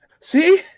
see